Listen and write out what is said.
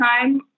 time